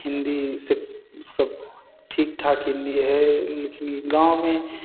हिन्दी से सब ठीक ठाक हिंदी है लेकिन ई गाँव में